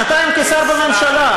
שנתיים כשר בממשלה.